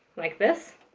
like this?